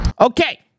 Okay